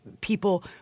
People